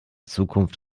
zukunft